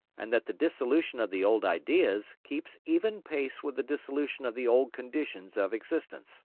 and that the dissolution of the old ideas keeps even pace with the dissolution of the old conditions of existence.